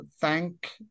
thank